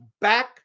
back